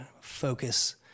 focus